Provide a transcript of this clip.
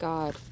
God